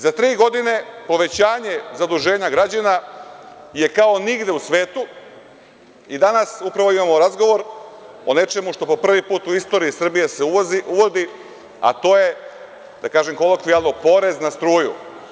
Za tri godine, povećanje zaduženja građana je kao nigde u svetu i danas upravo imamo razgovor o nečemu što po prvi put u istoriji Srbije se uvodi, a to je, da kažem kolokvijalno, porez na struju.